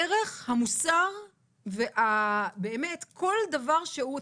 המוסר ובאמת כל דבר שהוא,